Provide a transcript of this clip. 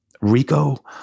Rico